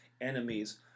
enemies